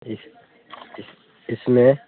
इस इस इसमें